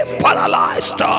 paralyzed